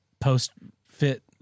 post-fit